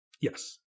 Yes